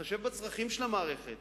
בהתחשב בצרכים של המערכת,